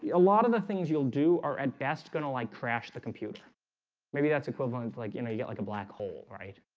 a lot of the things you'll do are at best gonna like crash the computer maybe that's equivalent. like, you know, you get like a black hole, right?